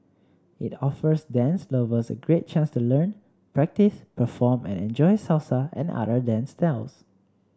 it offers dance lovers a great chance to learn practice perform and enjoy Salsa and other dance styles